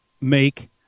make